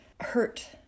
hurt